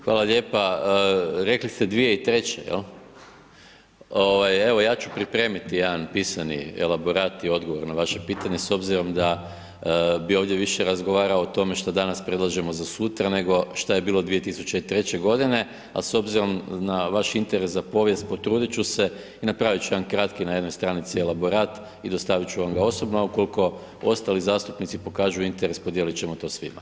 Hvala lijepa, rekli ste 2003. ovaj evo ja ću pripremiti jedan pisani elaborat i odgovor na vaše pitanje s obzirom da bi ovdje više razgovarao o tome što danas predlažemo za sutra, nego šta je bilo 2003. godine, a s obzirom na vaš interes za povijest potrudit ću se i napravit ću jedan kratki na jednoj stranici elaborat i dostavit ću vam ga osobno, a ukoliko ostali zastupnici pokažu interes podijelit ćemo to svima.